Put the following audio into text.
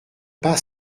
pas